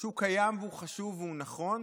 שהוא קיים והוא חשוב והוא נכון,